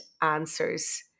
answers